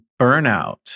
burnout